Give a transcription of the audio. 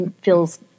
feels